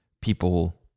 people